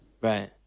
Right